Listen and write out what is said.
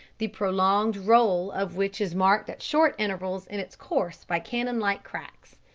the prolonged roll of which is marked at short intervals in its course by cannon-like cracks.